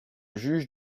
juge